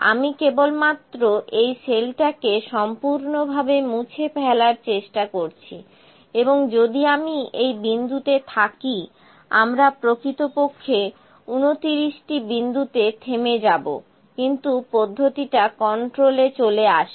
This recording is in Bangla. আমি কেবলমাত্র এই সেলটাকে সম্পূর্ণরূপে মুছে ফেলার চেষ্টা করছি এবং যদি আমি এই বিন্দুতে থাকি আমরা প্রকৃতপক্ষে 29 টি বিন্দুতে থেমে যাবো কিন্তু পদ্ধতিটা কন্ট্রোলে চলে আসবে